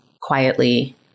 quietly